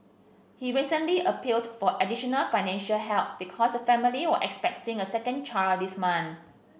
he recently appealed for additional financial help because the family was expecting a second child this month